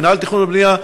למינהל התכנון והבנייה,